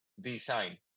design